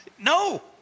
No